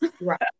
Right